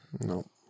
No